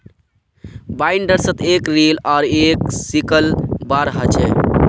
बाइंडर्सत एक रील आर एक सिकल बार ह छे